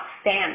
stand